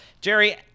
Jerry